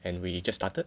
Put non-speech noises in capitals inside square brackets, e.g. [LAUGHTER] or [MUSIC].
and we just started [LAUGHS]